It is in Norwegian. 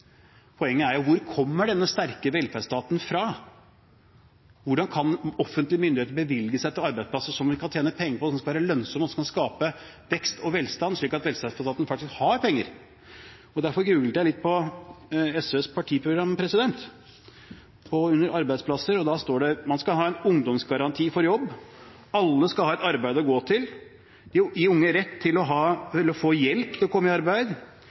Poenget er: Hvor kommer denne sterke velferdsstaten fra? Hvordan kan offentlige myndigheter bevilge seg til arbeidsplasser som man kan tjene penger på, som kan være lønnsomme, og som kan skape vekst og velstand, slik at velferdsstaten faktisk har penger? Jeg googlet SVs partiprogram. Under «Arbeidsplasser» står det at man skal ha en ungdomsgaranti for jobb. Alle skal ha et arbeid å gå til. Man skal gi de unge hjelp til å komme i arbeid. Man skal ha sterke mottiltak som motvekt til